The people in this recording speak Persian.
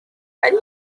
ولی